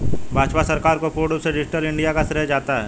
भाजपा सरकार को पूर्ण रूप से डिजिटल इन्डिया का श्रेय जाता है